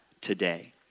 today